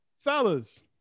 fellas